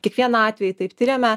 kiekvieną atvejį taip tiriame